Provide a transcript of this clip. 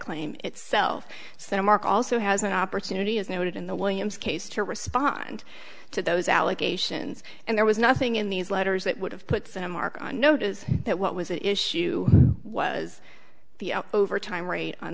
claim itself so mark also has an opportunity as noted in the williams case to respond to those allegations and there was nothing in these letters that would have put in a mark on notice that what was it issue was the overtime rate on